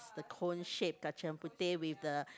the cone shape kacang puteh with the